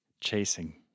chasing